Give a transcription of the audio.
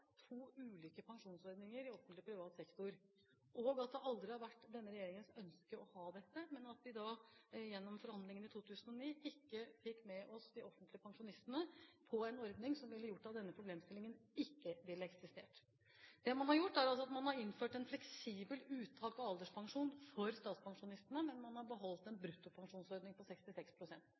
to ulike pensjonsordninger i henholdsvis offentlig og privat sektor. Det har aldri vært denne regjeringens ønske å ha dette, men gjennom forhandlingene i 2009 fikk vi ikke med oss pensjonistene fra det offentlige på en ordning som ville ha gjort at denne problemstillingen ikke ville ha eksistert. Det man har gjort, er å innføre et fleksibelt uttak av alderspensjon for statspensjonistene, men man har beholdt en bruttopensjonsordning på